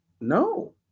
No